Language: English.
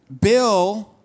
Bill